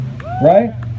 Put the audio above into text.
right